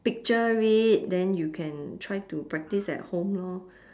picture it then you can try to practise at home lor